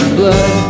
blood